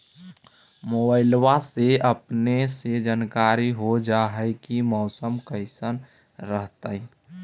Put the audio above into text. मोबाईलबा से अपने के जानकारी हो जा है की मौसमा कैसन रहतय?